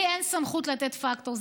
לי אין סמכות לתת פקטור.